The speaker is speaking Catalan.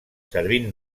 servint